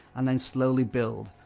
and then slowly build.